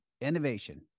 innovation